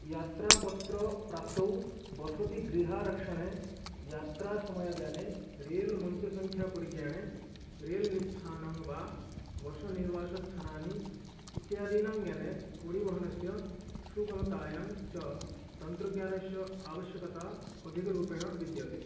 यात्रापत्रप्राप्तौ वसतिगृहरक्षणे यात्रासमयज्ञाने रेल् मञ्चसङ्ख्यापरिज्ञाने रेल् निस्थानं वा बश निर्वासस्थानानि इत्यादीनां ज्ञाने परिवहनस्य सुगमतायां च तन्त्रज्ञानस्य आवश्यकता अधिकरूपेण विद्यते